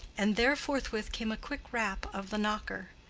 and there forthwith came a quick rap of the knocker.